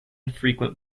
frequent